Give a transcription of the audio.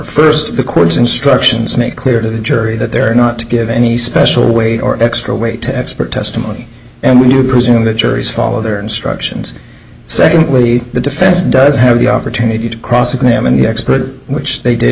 first of the court's instructions make clear to the jury that they are not to give any special weight or extra weight to expert testimony and we do presume that juries follow their instructions secondly the defense does have the opportunity to cross examine the expert which they did